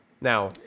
now